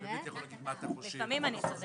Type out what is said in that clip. במקום השלה הקדוש הייתי באי-אמון,